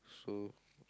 so